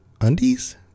undies